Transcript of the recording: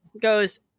goes